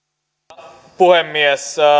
arvoisa puhemies